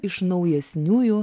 iš naujesniųjų